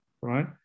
right